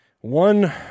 one